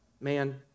man